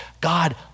God